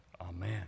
Amen